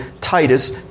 titus